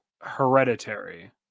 hereditary